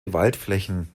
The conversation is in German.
waldflächen